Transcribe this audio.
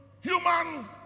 human